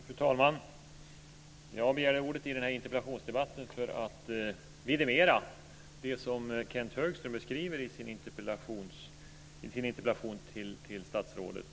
Fru talman! Jag begärde ordet i denna interpellationsdebatt för att vidimera det som Kenth Högström beskriver i sin interpellation till statsrådet.